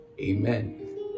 Amen